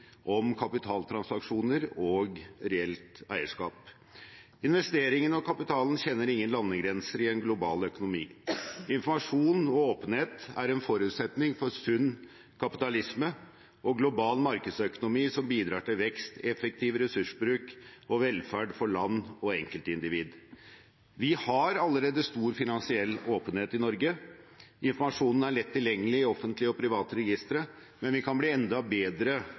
om kapitaltransaksjoner og reelt eierskap. Investeringene og kapitalen kjenner ingen landegrenser i en global økonomi. Informasjon og åpenhet er en forutsetning for sunn kapitalisme og global markedsøkonomi som bidrar til vekst, effektiv ressursbruk og velferd for land og enkeltindivider. Vi har allerede stor finansiell åpenhet i Norge – informasjon er lett tilgjengelig i offentlige og private registre. Men vi kan bli enda bedre